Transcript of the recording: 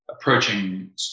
approaching